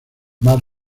mar